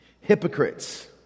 Hypocrites